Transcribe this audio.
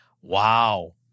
Wow